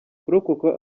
kurokoka